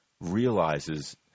realizes